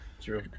true